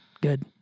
Good